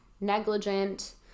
negligent